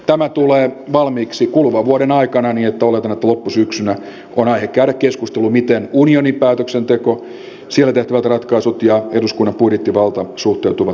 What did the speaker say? tämä tulee valmiiksi kuluvan vuoden aikana niin että oletan että loppusyksynä on aihetta käydä keskustelu miten unionin päätöksenteko siellä tehtävät ratkaisut ja eduskunnan budjettivalta suhteutuvat toisiinsa